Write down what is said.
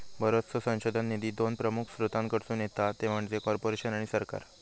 बरोचसो संशोधन निधी दोन प्रमुख स्त्रोतांकडसून येता ते म्हणजे कॉर्पोरेशन आणि सरकार